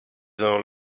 sõnul